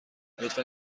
لطفا